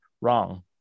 Wrong